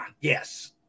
yes